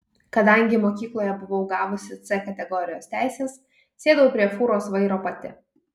kadangi mokykloje buvau gavusi c kategorijos teises sėdau prie fūros vairo pati